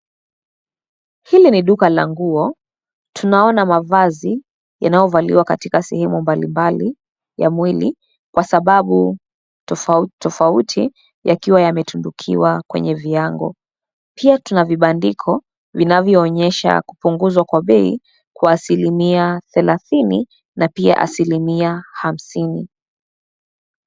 Hili ni duka la nguo, tunaona mavazi yanayovaliwa katika sehemu mbalimbali ya mwili, kwa sababu tofauti tofauti, yakiwa yametundukiwa kwenye viango. Pia tuna vibandiko, vinavyoonyesha kupunguzwa kwa bei kwa asilimia thelathini na pia asilimia hamsini.